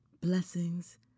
blessings